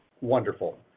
wonderful